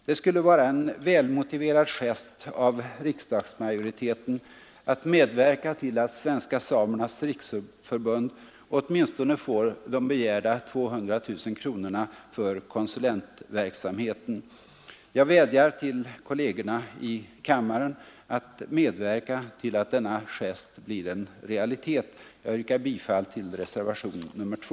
Det skulle vara en välmotiverad gest av riksdagsmajoriteten att medverka till att Svenska samernas riksförbund åtminstone får de begärda 200 000 kronorna för konsulentverksamheten. Jag vädjar till kollegerna i kammaren att medverka till att denna gest blir en realitet. Jag yrkar bifall till reservationen 2.